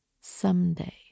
Someday